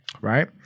Right